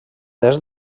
est